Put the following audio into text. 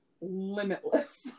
limitless